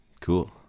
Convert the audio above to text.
Cool